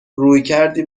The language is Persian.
رویکردی